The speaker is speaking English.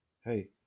hey